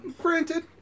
Granted